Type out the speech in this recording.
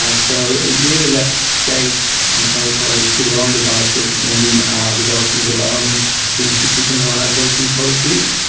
ah so it really left states and territories to their own devices in developing their own deinstitutionalisation policies.